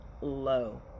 low